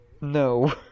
no